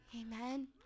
Amen